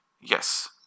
Yes